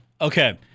Okay